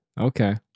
Okay